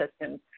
systems